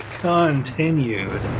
continued